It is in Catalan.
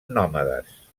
nòmades